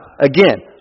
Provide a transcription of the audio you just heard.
again